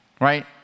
right